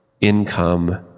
income